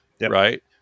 right